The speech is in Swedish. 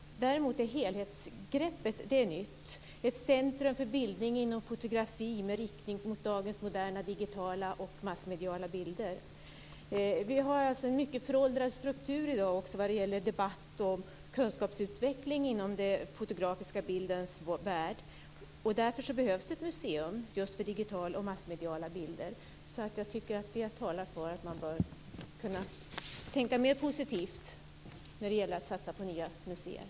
Däremot är helhetsgreppet nytt; ett centrum för bildning inom fotografi med riktning mot dagens moderna, digitala och massmediala bilder. Vi har alltså en mycket föråldrad struktur i dag också vad gäller debatt och kunskapsutveckling i fråga om den fotografiska bildens värld. Därför behövs det ett museum just för digitala och massmediala bilder. Jag tycker att det talar för att man bör kunna tänka mer positivt när det gäller att satsa på nya museer.